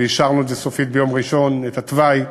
ואישרנו את זה סופית ביום ראשון, את התוואי.